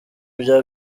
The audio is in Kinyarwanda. bya